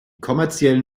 kommerziellen